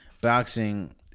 boxing